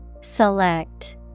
Select